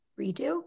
redo